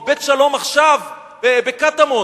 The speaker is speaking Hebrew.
או בית "שלום עכשיו" בקטמון,